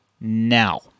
Now